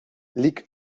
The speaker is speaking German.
lig